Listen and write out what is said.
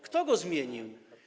Kto go zmienił?